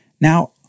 Now